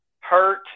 hurt